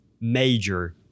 major